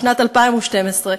החלטת הממשלה בשנת 2012,